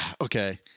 Okay